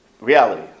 reality